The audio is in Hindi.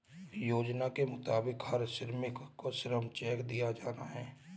योजना के मुताबिक हर श्रमिक को श्रम चेक दिया जाना हैं